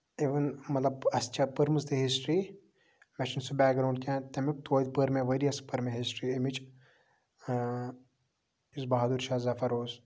اِوٕن مطلب اَسہِ چھےٚ پٔرمٕژ تہِ ہِسٹری اَسہِ چھُنہٕ سُہ بیک گروُنڈ کیٚنٛہہ تَمیُک توتہِ پٔر مےٚ واریاہ سۄ پٔر مےٚ ہِسٹری اَمِچ یُس بَہادُر شاہ ظفر اوس